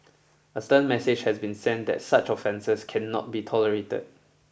a stern message has been sent that such offences cannot be tolerated